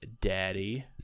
Daddy